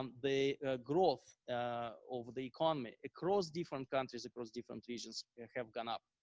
um the growth over the economy, across different countries, across different regions have gone up.